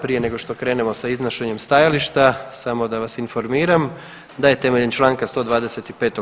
Prije nego što krenemo sa iznošenjem stajališta samo da vas informiram da je temelj članka 125.